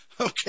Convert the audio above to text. okay